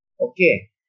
Okay